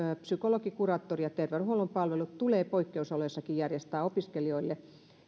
psykologi kuraattori ja terveydenhuollon palvelut tulee poikkeusoloissakin järjestää opiskelijoille